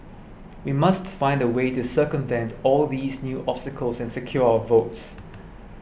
we must find a way to circumvent all these new obstacles and secure our votes